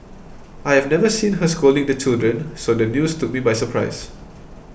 I have never seen her scolding the children so the news took me by surprise